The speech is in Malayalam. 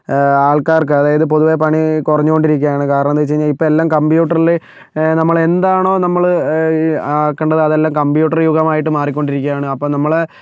ആൾക്കാർക്ക് അതായത് പൊതുവെ പണി കുറഞ്ഞുകൊണ്ടിരിക്കുകയാണ് കാരണം എന്താ വെച്ചുകഴിഞ്ഞാൽ ഇപ്പോൾ എല്ലാം കമ്പ്യൂട്ടറിൽ നമ്മളെന്താണോ നമ്മൾ ആക്കേണ്ടത് അതെല്ലാം കമ്പ്യൂട്ടർ യുഗമായിട്ട് മാറികൊണ്ടിരിക്കാണ് അപ്പം നമ്മൾ